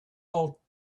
all